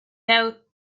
doubt